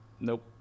Nope